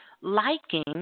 liking